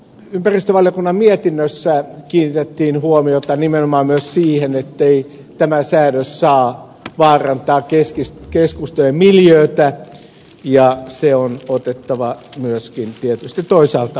ympäristövaliokunnan mietinnössä kiinnitettiin huomiota nimenomaan myös siihen ettei tämä säädös saa vaarantaa keskustojen miljöötä ja se on otettava myöskin tietysti toisaalta huomioon